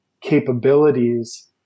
capabilities